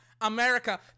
America